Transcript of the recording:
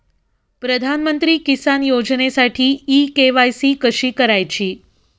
प्रधानमंत्री किसान योजनेसाठी e KYC कशी करायची?